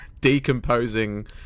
decomposing